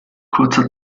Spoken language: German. kurzer